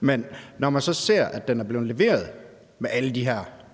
Men når man så ser, at den er blevet leveret med alle de her